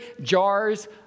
jars